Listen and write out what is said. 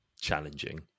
challenging